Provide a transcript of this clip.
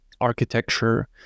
architecture